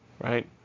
right